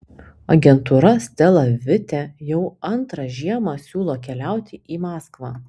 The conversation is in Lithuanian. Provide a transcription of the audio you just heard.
agentūra stela vite jau antrą žiemą siūlo keliauti į maskvą